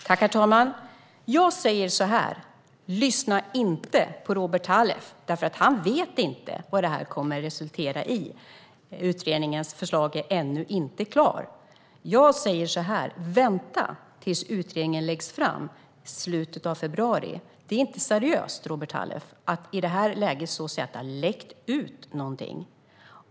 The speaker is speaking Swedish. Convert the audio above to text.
Herr talman! Jag säger så här: Lyssna inte på Robert Halef, för han vet inte vad detta kommer att resultera i! Utredningens förslag är ännu inte klart. Jag säger också: Vänta tills utredningen läggs fram i slutet av februari! Det är inte seriöst att i det här läget stå och säga att någonting har "läckt ut", Robert Halef.